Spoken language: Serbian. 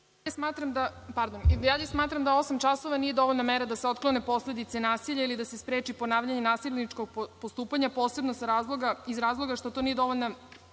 dalje smatram da osam časova nije dovoljna mera da se otklone posledice nasilja ili da se spreči ponavljanje nasilničkog postupanja, posebno iz razloga što to nije dovoljno